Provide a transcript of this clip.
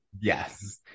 yes